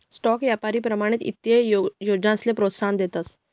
stock यापारी प्रमाणित ईत्तीय योजनासले प्रोत्साहन देतस